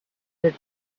that